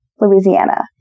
Louisiana